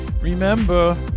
remember